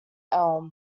elm